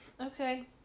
Okay